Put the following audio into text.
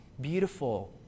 beautiful